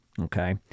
okay